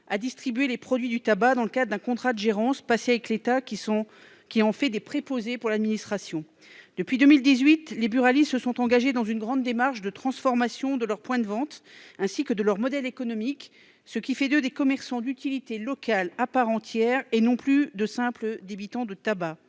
à distribuer les produits du tabac dans le cadre d'un contrat de gérance passé avec l'État, qui en fait des préposés de l'administration. Depuis 2018, les buralistes se sont engagés dans une grande démarche de transformation de leurs points de vente ainsi que de leur modèle économique, ce qui fait d'eux des commerçants d'utilité locale à part entière et non plus de simples débitants de tabac.